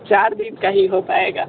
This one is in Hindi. चार दिन का ही हो पाएगा